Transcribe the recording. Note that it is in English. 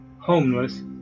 homeless